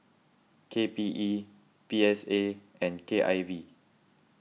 K P E P S A and K I V